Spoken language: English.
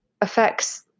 affects